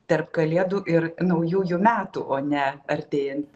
tarp kalėdų ir naujųjų metų o ne artėjant